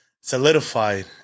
solidified